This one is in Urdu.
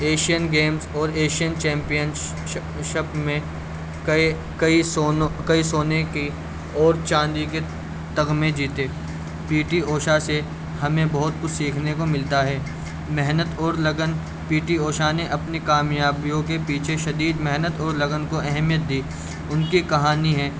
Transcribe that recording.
ایشین گیمز اور ایشین چمپیئن شپ میں کئی سونے کی اور چاندی کے تغمے جیتے پی ٹی اوشا سے ہمیں بہت کچھ سیکھنے کو ملتا ہے محنت اور لگن پی ٹی اوشا نے اپنی کامیابیوں کے پیچھے شدید محنت اور لگن کو اہمیت دی ان کی کہانی ہیں